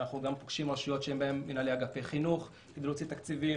אנחנו פוגשים גם רשויות שאין בהן מנהלי אגפי חינוך כדי להוציא תקציבים.